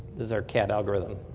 is our cat algorithm.